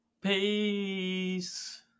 Peace